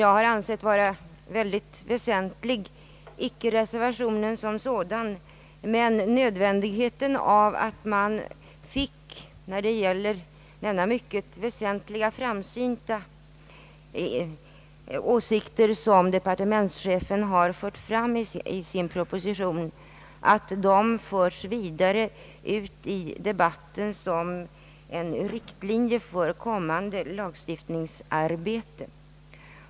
Jag tänker då inte på reservation 4 som sådan, utan på nödvändigheten av att de ytterst väsentliga och framsynta åsikter, som departementschefen gett uttryck åt i sin proposition, förs ut i debatten som riktlinjer för ett kommande lagstiftningsarbete.